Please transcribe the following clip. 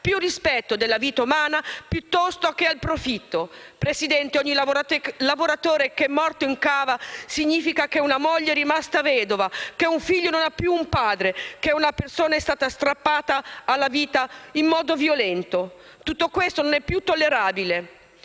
più rispetto della vita umana piuttosto che del profitto. Signora Presidente, ogni lavoratore morto in cava significa che una moglie è rimasta vedova, che un figlio non ha più un padre e che una persona è stata strappata alla vita in modo violento. Tutto questo non è più tollerabile.